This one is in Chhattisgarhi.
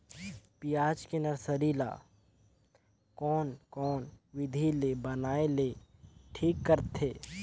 पियाज के नर्सरी ला कोन कोन विधि ले बनाय ले ठीक रथे?